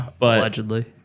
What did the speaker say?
Allegedly